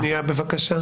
בבקשה.